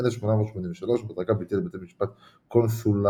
1883 ובהדרגה ביטל בתי משפט קונסולריים,